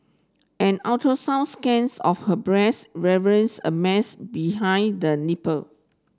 an ultrasound scans of her breast reveals a mass behind the nipple